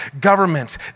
government